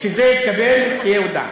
כשזה יתקבל תהיה הודעה.